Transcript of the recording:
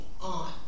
on